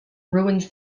ruins